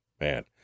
man